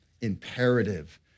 imperative